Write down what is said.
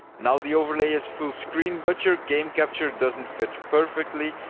now the overlay is full screen, but your game capture doesn't fit perfectly.